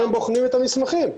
לכן בוחנים את המסמכים.